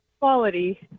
quality